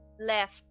left